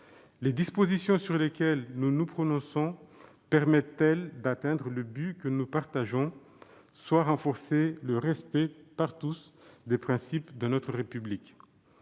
les dispositions sur lesquelles nous nous prononçons permettent-elles d'atteindre le but, que nous partageons, de renforcer le respect, par tous, des principes de notre République ?